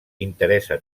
interessa